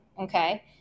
okay